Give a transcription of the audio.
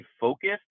focused